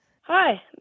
hi